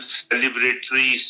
celebratory